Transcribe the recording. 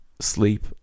sleep